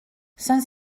saint